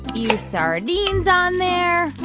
few sardines on there.